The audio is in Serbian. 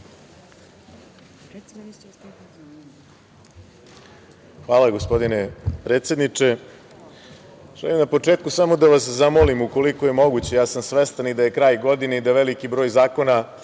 Hvala, gospodine predsedniče. Želim na početku samo da vas zamolim, ukoliko je moguće, ja sam svestan i da je kraj godine i da je veliki broj zakona